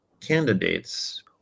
candidates